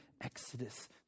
exodus